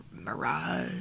Mirage